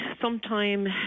Sometime